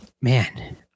man